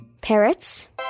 Parrots